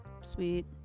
sweet